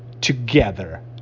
Together